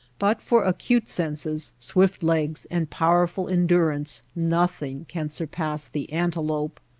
but for acute senses, swift legs, and powerful endurance nothing can surpass the antelope.